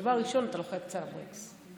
דבר ראשון אתה לוחץ על הברקס.